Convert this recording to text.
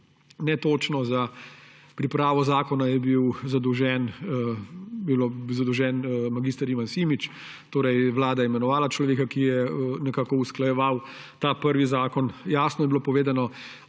netočno. Za pripravo zakona je bil zadolžen mag. Ivan Simič. Vlada je imenovala človeka, ki je nekako usklajeval ta prvi zakon. Jasno je bilo povedano,